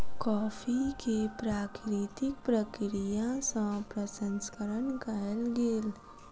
coffee के प्राकृतिक प्रक्रिया सँ प्रसंस्करण कयल गेल